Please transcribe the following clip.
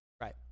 Right